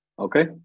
Okay